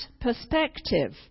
perspective